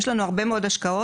יש לנו הרבה מאוד השקעות